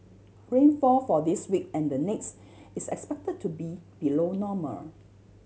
rainfall for this week and the next is expected to be below normal